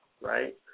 right